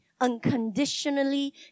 unconditionally